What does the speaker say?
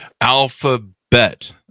Alphabet